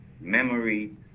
memory